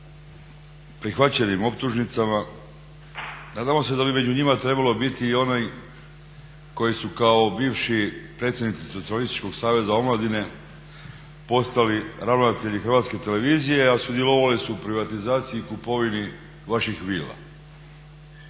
prihvaćenim optužnicama, nadamo se da bi među njima trebalo biti i onih koji su kao bivši predsjednici socijalističkog saveza omladine postali ravnatelji Hrvatske televizije a sudjelovali su u privatizaciji i kupovini vaših vila,